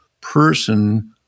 person